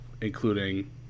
including